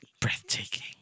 Breathtaking